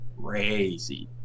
crazy